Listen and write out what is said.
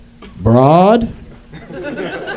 Broad